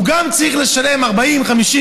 והוא גם צריך לשלם 40 שקל,